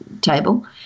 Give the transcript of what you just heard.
table